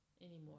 anymore